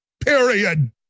period